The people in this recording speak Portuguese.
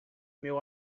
meu